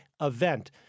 event